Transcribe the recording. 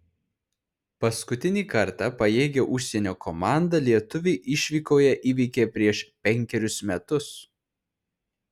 paskutinį kartą pajėgią užsienio komandą lietuviai išvykoje įveikė prieš penkerius metus